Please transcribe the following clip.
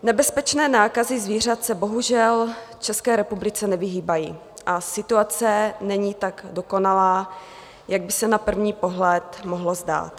Nebezpečné nákazy zvířat se bohužel v České republice nevyhýbají a situace není tak dokonalá, jak by se na první pohled mohlo zdát.